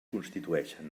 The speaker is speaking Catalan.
constitueixen